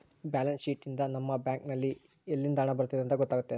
balance sheet ಯಿಂದ ನಮ್ಮ bank ನಲ್ಲಿ ಯಲ್ಲಿಂದ ಹಣ ಬಂದಿದೆ ಅಂತ ಗೊತ್ತಾತತೆ